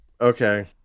okay